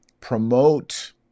promote